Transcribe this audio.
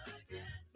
again